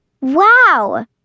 Wow